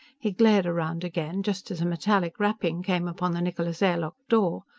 he glared around again, just as a metallic rapping came upon the niccola's air-lock door.